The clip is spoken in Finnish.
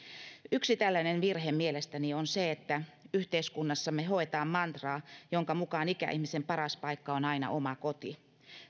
yksi tällainen virhe mielestäni on se että yhteiskunnassamme hoetaan mantraa jonka mukaan ikäihmisen paras paikka on aina oma koti